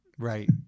Right